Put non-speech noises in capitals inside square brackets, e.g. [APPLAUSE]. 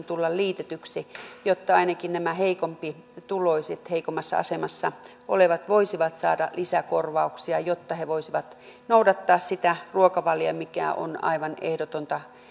[UNINTELLIGIBLE] tulla liitetyksi jotta ainakin nämä heikompituloiset heikommassa asemassa olevat voisivat saada lisäkorvauksia jotta he voisivat noudattaa sitä ruokavaliota mikä on aivan ehdotonta